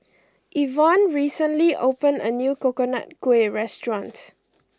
Evonne recently opened a new Coconut Kuih restaurant